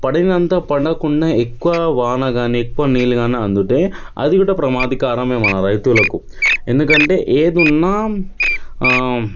పడినంత పడకుండా ఎక్కువ వాన కాని ఎక్కువ నీళ్లు కాని అందుతే అది కూడా ప్రమాదకారమే మన రైతులకు ఎందుకంటే ఏది ఉన్నా